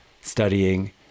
studying